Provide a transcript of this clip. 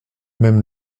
même